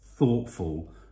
Thoughtful